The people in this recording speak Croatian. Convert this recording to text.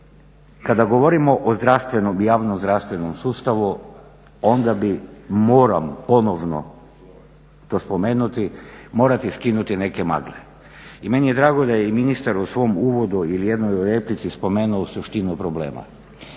zdravstvenom i javnom zdravstvenom sustavu onda bi moram ponovno to spomenuti, morati skinuti neke magle. I meni je drago da je i ministar u svom uvodu ili jednoj replici spomenuo suštinu problema.